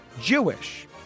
Jewish